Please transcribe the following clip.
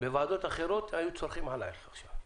בוועדות אחרות היו צורחים עלייך עכשיו,